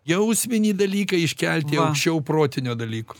jausminį dalyką iškelti aukščiau protinio dalyko